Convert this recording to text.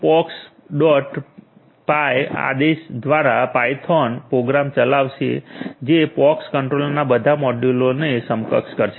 py આદેશ દ્વારા Python program ચલાવશે જે પોક્સ કંટ્રોલરના બધા મોડ્યુલોને સક્ષમ કરશે